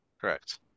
Correct